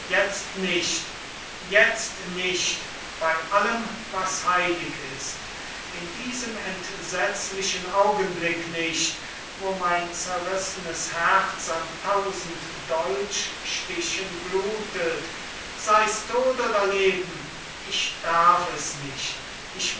jetzt nicht jetzt nicht bei allem was heilig ist in diesem entsetzlichen augenblick nicht wo mein zerrissenes herz an tausend dolchstichen blutet seis tod oder leben ich darf es nicht ich will